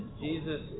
Jesus